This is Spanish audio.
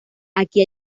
aquí